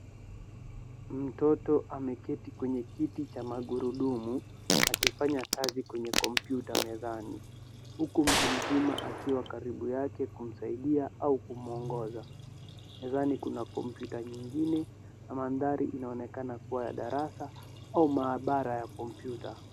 Mtoto ameketi kwenye kiti cha magurudumu akifanya kazi kwenye kompyuta mezani, huku mtu mzima akiwa karibu yake kumsaidia au kumwongoza, mezani kuna kompyuta nyingine na mandhari inaonekana kuwa ya darasa au maabara ya kompyuta.